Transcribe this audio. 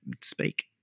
speak